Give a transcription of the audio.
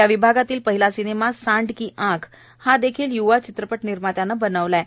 या विभागातील पहिला सिनेमा सांड की आंख देखील य्वा चित्रपट निर्मात्याने बनवला आहे